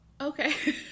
okay